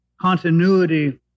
continuity